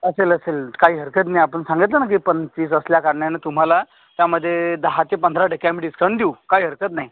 असेल असेल काही हरकत नाही आपण सांगितलं ना की पंचवीस असल्या कारणाने तुम्हाला त्यामध्ये दहा ते पंधरा टक्के आम्ही डिस्काऊन देऊ काही हरकत नाही